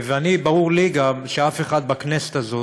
וגם ברור לי שאף אחד בכנסת הזאת,